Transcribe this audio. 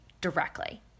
directly